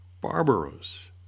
barbaros